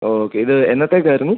okay ഇത് എന്നത്തേക്കായിരുന്നു